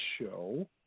show